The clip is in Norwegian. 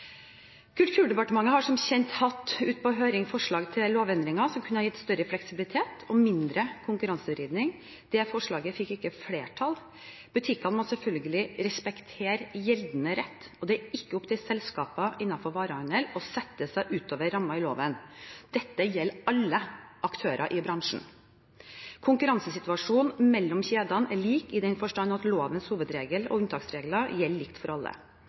Kulturdepartementet har som kjent hatt ute på høring forslag til lovendringer som kunne ha gitt større fleksibilitet og mindre konkurransevridning. Det forslaget fikk ikke flertall. Butikkene må selvfølgelig respektere gjeldende rett, og det er ikke opp til selskaper innenfor varehandel å sette seg utover rammene i loven. Dette gjelder alle aktører i bransjen. Konkurransesituasjonen mellom kjedene er lik i den forstand at lovens hovedregel og unntaksregler er like for alle.